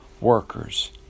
workers